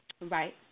Right